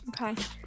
okay